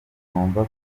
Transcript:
numva